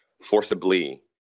forcibly